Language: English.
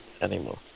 anymore